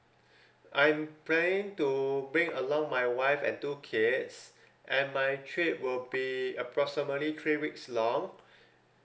I'm planning to bring along my wife and two kids and my trip will be approximately three weeks long